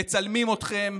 מצלמים אתכם,